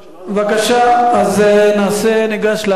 ניגש להצבעה.